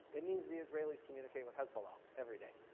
it means the israelis communicate with hezbollah every day.